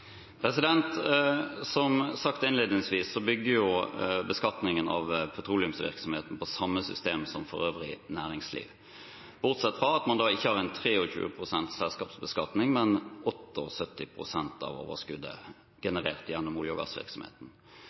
Som sagt innledningsvis bygger beskatningen av petroleumsvirksomheten på samme system som for øvrig næringsliv, bortsett fra at man ikke har en 23 pst. selskapsbeskatning, men 78 pst. av overskuddet generert gjennom olje- og gassvirksomheten.